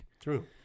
True